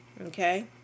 Okay